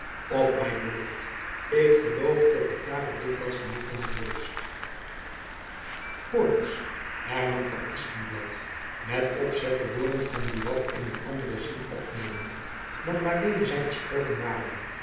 op mijn woord ik geloof dat ik daar al dikwijls genoeg ben geweest hoor eens hernam van espenblad met opzet de woorden van buat in een anderen zin opnemende dan waarmede zy gesproken waren